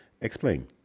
Explain